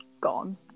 gone